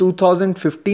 2015